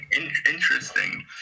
interesting